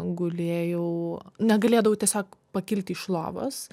gulėjau negalėdavau tiesiog pakilti iš lovos